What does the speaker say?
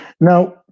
Now